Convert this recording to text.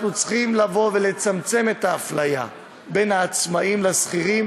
אנחנו צריכים לצמצם את האפליה בין העצמאים לבין השכירים,